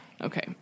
Okay